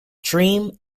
dream